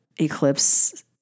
eclipse